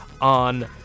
on